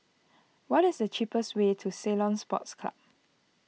what is the cheapest way to Ceylon Sports Club